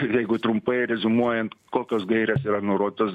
jeigu trumpai reziumuojant kokios gairės yra nurodytos